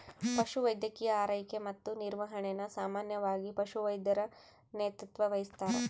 ಪಶುವೈದ್ಯಕೀಯ ಆರೈಕೆ ಮತ್ತು ನಿರ್ವಹಣೆನ ಸಾಮಾನ್ಯವಾಗಿ ಪಶುವೈದ್ಯರು ನೇತೃತ್ವ ವಹಿಸ್ತಾರ